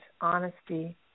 honesty